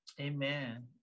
Amen